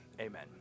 amen